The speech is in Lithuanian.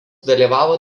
dalyvavo